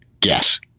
guess